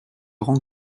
rend